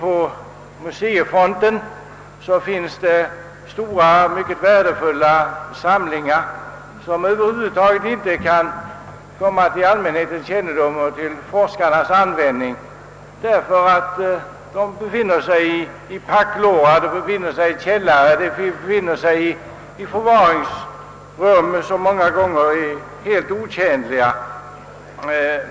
På museifronten finns det stora, mycket värdefulla samlingar som över huvud taget inte står till allmänhetens förfogande eller kommer till användning av forskare därför att dessa samlingar befinner sig i packlårar, i källare eller andra förvaringsrum, som många gånger är helt otjänliga.